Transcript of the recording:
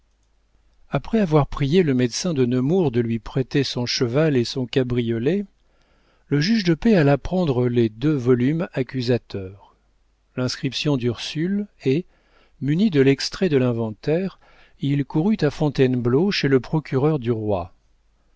après avoir prié le médecin de nemours de lui prêter son cheval et son cabriolet le juge de paix alla prendre les deux volumes accusateurs l'inscription d'ursule et muni de l'extrait de l'inventaire il courut à fontainebleau chez le procureur du roi